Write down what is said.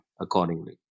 accordingly